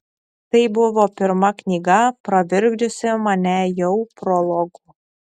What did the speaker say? tai buvo pirma knyga pravirkdžiusi mane jau prologu